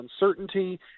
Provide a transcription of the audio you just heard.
uncertainty